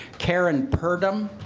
karen purdum.